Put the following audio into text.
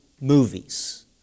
movies